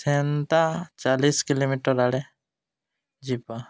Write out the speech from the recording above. ସେନ୍ତା ଚାଳିଶ କିଲୋମିଟର ଆଡ଼େ ଯିବା